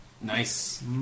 Nice